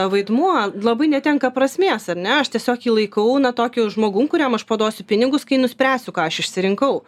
vaidmuo labai netenka prasmės ar ne aš tiesiog jį laikau na tokiu žmogum kuriam aš paduosiu pinigus kai nuspręsiu ką aš išsirinkau